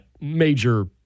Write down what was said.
major